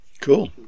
Cool